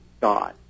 God